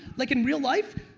like in real life,